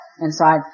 inside